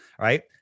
Right